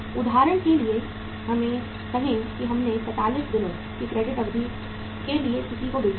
उदाहरण के लिए कहें कि हमने 45 दिनों की क्रेडिट अवधि के लिए किसी को बेचा है